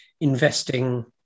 investing